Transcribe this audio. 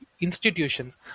institutions